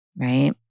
right